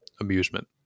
amusement